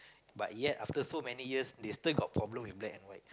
but yet after so many years they still got problem with black and white